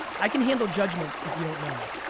i can handle judgment if you don't know me.